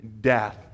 death